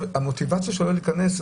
המוטיבציה שלו להיכנס,